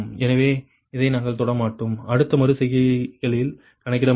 எனவே இதை நாங்கள் தொட மாட்டோம் அடுத்த மறு செய்கைகளில் கணக்கிட மாட்டோம்